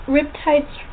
Riptide's